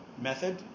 method